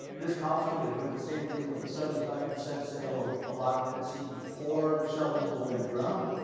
this council could do the same thing with a seventy five percent sale of of occupancy before shovels go in the ground.